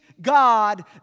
God